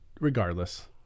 regardless